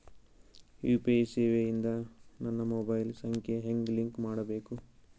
UPI ಸೇವೆ ಇಂದ ನನ್ನ ಮೊಬೈಲ್ ಸಂಖ್ಯೆ ಹೆಂಗ್ ಲಿಂಕ್ ಮಾಡಬೇಕು?